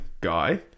guy